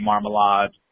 Marmalade